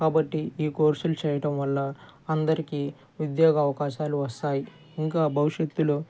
కాబట్టి ఈ కోర్సులు చేయడం వల్ల అందరికీ ఉద్యోగ అవకాశాలు వస్తాయి ఇంకా భవిష్యత్లో